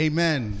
Amen